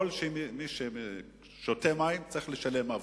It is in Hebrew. שכל מי ששותה מים צריך לשלם עבורם.